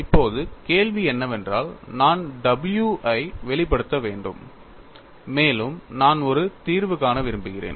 இப்போது கேள்வி என்னவென்றால் நான் w ஐ வெளிப்படுத்த வேண்டும் மேலும் நான் ஒரு தீர்வு காண விரும்புகிறேன்